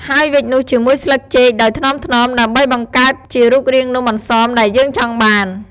ហើយវេចនោះជាមួយស្លឹកចេកដោយថ្នមៗ ដើម្បីបង្កើតជារូបរាងនំអន្សមដែលយើងចង់បាន។